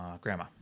grandma